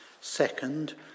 Second